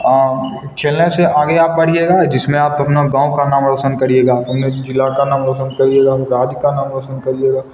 और खेलने से आगे आप बढ़िएगा जिसमें आप अपना गाँव का नाम रोशन करिएगा उन में ज़िले का नाम रोशन करिएगा और राज्य का नाम रोशन करिएगा